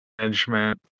management